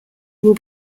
will